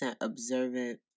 observant